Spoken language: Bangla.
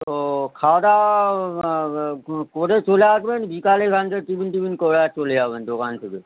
ও খাওয়া দাওয়া ক করে চলে আসবেন বিকালে বরঞ্চ টিফিন টিফিন করে আর চলে যাবেন দোকান থেকে